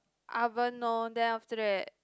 oven lor then after that